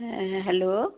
হ্যাঁ হ্যালো